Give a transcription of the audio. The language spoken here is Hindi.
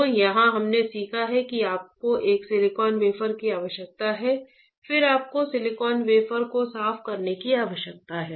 तो यहां हमने सीखा है कि आपको एक सिलिकॉन वेफर की आवश्यकता है फिर आपको सिलिकॉन वेफर को साफ करने की आवश्यकता है